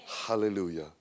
Hallelujah